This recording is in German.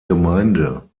gemeinde